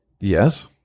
yes